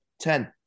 Ten